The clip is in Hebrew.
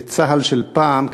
בצה"ל של פעם,